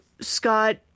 scott